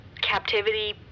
captivity